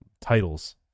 titles